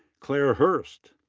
claire herrst.